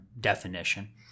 definition –